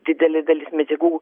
didelė dalis medžiagų